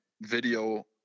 video